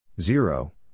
Zero